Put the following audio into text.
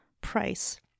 Price